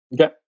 Okay